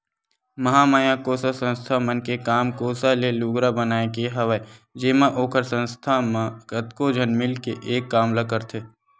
महामाया कोसा संस्था मन के काम कोसा ले लुगरा बनाए के हवय जेमा ओखर संस्था म कतको झन मिलके एक काम ल करथे